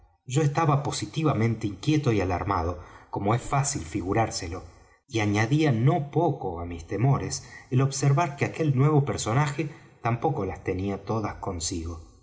yo estaba positivamente inquieto y alarmado como es fácil figurárselo y añadía no poco á mis temores el observar que aquel nuevo personaje tampoco las tenía todas consigo